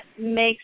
makes